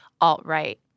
alt-right